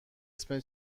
اسمت